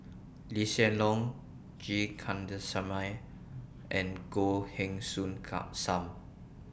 Lee Hsien Loong G Kandasamy and Goh Heng Soon SAM